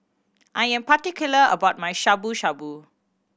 I am particular about my Shabu Shabu